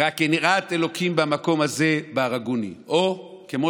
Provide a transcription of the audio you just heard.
"רק אין יראת ה' במקום הזה והרגוני"; או כמו